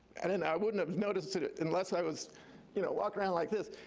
and and i wouldn't have noticed it it unless i was you know walking around like this.